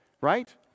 right